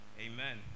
Amen